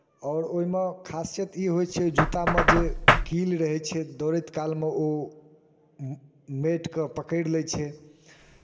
आओर ओहिमे खासियत ई होइ छै जूतामे जे कील रहै छै दौड़ैत कालमे ओ माटिकेँ पकड़ि लै छै